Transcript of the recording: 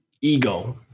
ego